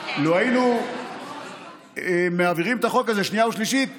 לו היינו מעבירים את החוק הזה בשנייה ושלישית,